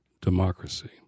democracy